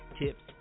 tips